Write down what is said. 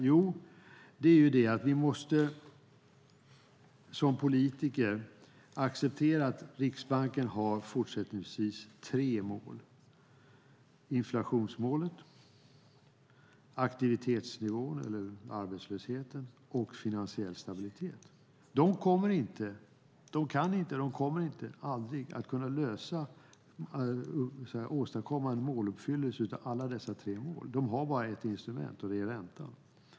Jo, vi måste som politiker acceptera att Riksbanken i fortsättningen kommer att ha tre mål: inflationsmålet, aktivitetsnivå, det vill säga arbetslösheten, och finansiell stabilitet. De kommer inte, och de kan inte, åstadkomma en måluppfyllelse av alla tre målen. Riksbanken har bara ett instrument, nämligen räntan.